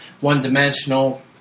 one-dimensional